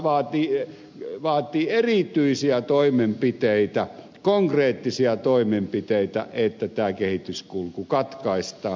se vaatii erityisiä toimenpiteitä konkreettisia toimenpiteitä että tämä kehityskulku katkaistaan